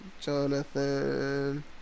Jonathan